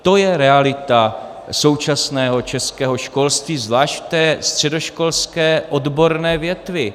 To je realita současného českého školství zvlášť ve středoškolské odborné větvi.